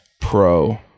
pro